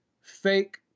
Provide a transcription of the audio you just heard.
fake